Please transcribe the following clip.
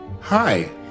Hi